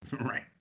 Right